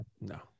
no